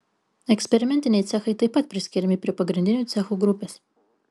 eksperimentiniai cechai taip pat priskiriami prie pagrindinių cechų grupės